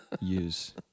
use